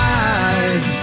eyes